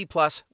Plus